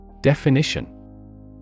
Definition